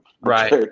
Right